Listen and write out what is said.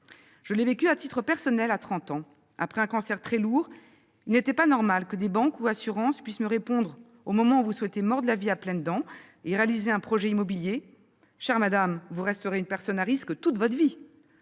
Je l'ai vécu à titre personnel à trente ans : après un cancer très lourd, il n'était pas normal que des banques ou assurances puissent répondre, au moment où l'on souhaite mordre la vie à pleine dent et réaliser un projet immobilier :« Chère madame, vous resterez une personne à risque toute votre vie